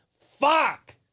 Fuck